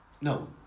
no